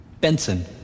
Benson